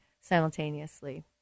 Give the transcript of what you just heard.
simultaneously